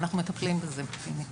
אנחנו מטפלים בזה, פיני.